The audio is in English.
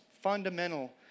fundamental